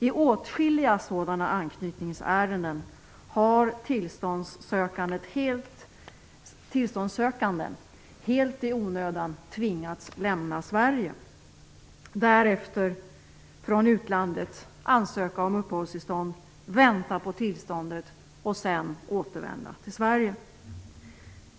I åtskilliga sådana anknytningsärenden har tillståndssökande helt i onödan tvingats lämna Sverige. Därefter har de från utlandet fått ansöka om uppehållstillstånd, vänta på tillståndet och sedan återvända till Sverige.